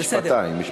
משפטיים.